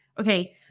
okay